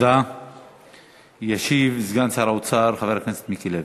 לא של האוצר, כן,